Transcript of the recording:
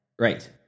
Right